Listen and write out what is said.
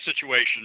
situation